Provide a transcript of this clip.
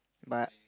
but